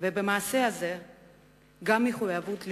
ובמעשה הזה גם מחויבות לאומית.